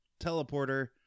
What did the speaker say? teleporter